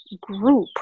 group